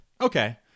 Okay